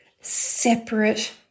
separate